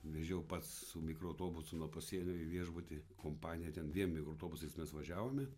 vežiau pats su mikroautobusu nuo pasienio į viešbutį kompaniją ten dviem mikroautobusais mes važiavome